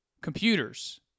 computers